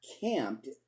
camped